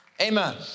Amen